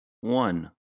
one